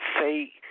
say